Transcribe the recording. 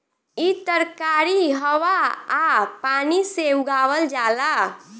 इ तरकारी हवा आ पानी से उगावल जाला